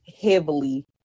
heavily